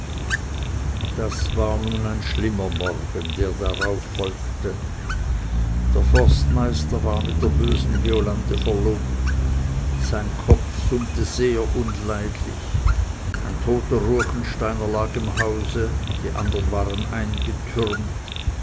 das war nun ein schlimmer morgen der darauf folgte der forstmeister war mit der bösen violande verlobt sein kopf summte sehr unleidlich ein toter ruechensteiner lag im hause die andern waren eingetürmt